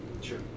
Sure